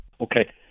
Okay